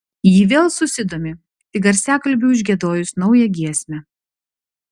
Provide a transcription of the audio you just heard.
ji vėl susidomi tik garsiakalbiui užgiedojus naują giesmę